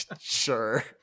Sure